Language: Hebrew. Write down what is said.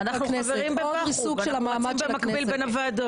עוד ריסוק של המעמד של הכנסת,